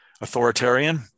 authoritarian